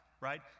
right